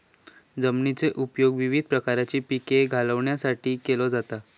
जमिनीचो उपयोग विविध प्रकारची पिके घेण्यासाठीपण केलो जाता